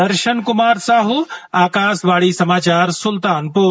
दर्शन कुमार साहू आकाशवाणी समाचार सुल्तानपुर